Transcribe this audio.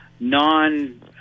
non